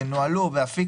ינוהלו באפיק